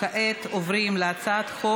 הצעת חוק הספנות (ימאים)